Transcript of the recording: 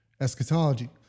eschatology